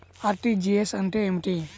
RTGS అంటే ఏమిటి?